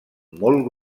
molt